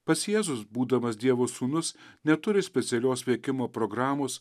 pats jėzus būdamas dievo sūnus neturi specialios veikimo programos